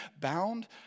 bound